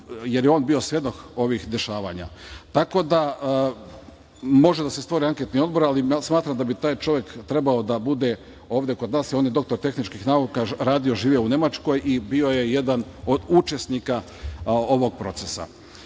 jer je on bio svedok ovih dešava. Može da se stvori anketni odbor, ali smatram da bi taj čovek trebao da bude ovde kod nas. On je doktor tehničkih nauka, radio i živeo u Nemačkoj i bio je jedan od učesnika ovog